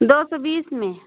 दो सौ बीस में